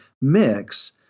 mix